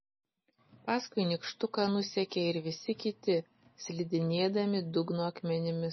paskui nykštuką nusekė ir visi kiti slidinėdami dugno akmenimis